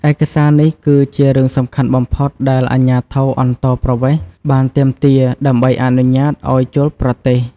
ឯកសារនេះគឺជារឿងសំខាន់បំផុតដែលអាជ្ញាធរអន្តោប្រវេសន៍បានទាមទារដើម្បីអនុញ្ញាតឱ្យចូលប្រទេស។